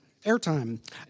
airtime